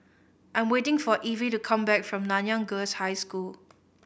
I'm waiting for Evie to come back from Nanyang Girls' High School